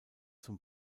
zum